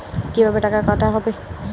কিভাবে টাকা কাটা হবে?